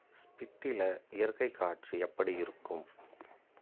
ஸ்பிட்டில் இயற்கைக்காட்சி எப்படி இருக்கும்